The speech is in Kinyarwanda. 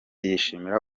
yishimira